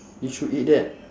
you should eat that